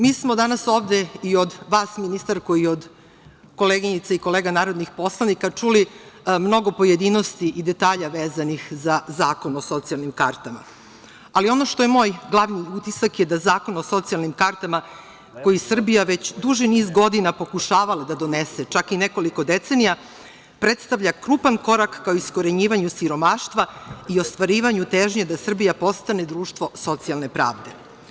Mi smo danas ovde i od vas ministarko i od koleginica i kolega narodnih poslanika čuli mnogo pojedinosti i detalja vezanih za zakon o socijalnim kartama, ali ono što je moj glavni utisak je da zakon o socijalnim kartama, koji je Srbija već duži niz godina pokušavala da donese, čak i nekoliko decenija predstavlja krupan korak ka iskorenjivanju siromaštva i ostvarivanju težnji da Srbija postane društvo socijalne pravde.